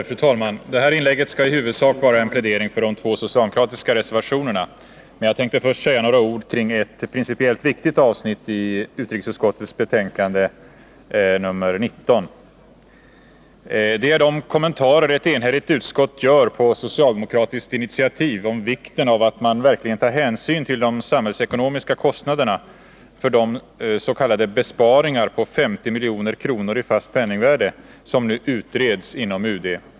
Fru talman! Det här inlägget skall i huvudsak vara en plädering för de två socialdemokratiska reservationerna, men jag tänkte först säga några ord om ett principiellt viktigt avsnitt i utrikesutskottets betänkande nr 19. Det gäller de kommentarer ett enhälligt utskott gör — på socialdemokratiskt initiativ — om vikten av att man verkligen tar hänsyn till de samhällsekonomiska kostnaderna för des.k. besparingar på 50 milj.kr. i fast penningvärde som nu utreds inom UD.